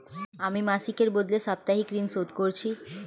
আমি মাসিকের বদলে সাপ্তাহিক ঋন শোধ করছি